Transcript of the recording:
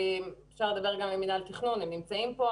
אפשר לדבר גם עם מינהל התכנון שנמצא כאן.